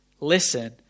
Listen